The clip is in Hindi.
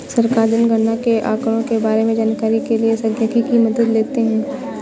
सरकार जनगणना के आंकड़ों के बारें में जानकारी के लिए सांख्यिकी की मदद लेते है